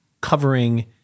covering